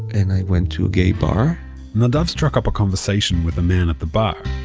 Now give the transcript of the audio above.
and i went to a gay bar nadav struck up a conversation with a man at the bar,